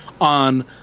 on